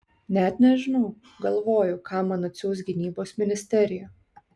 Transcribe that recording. net nežinau galvoju ką man atsiųs gynybos ministerija